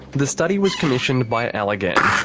the study was commissioned by allergan,